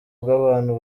bw’abantu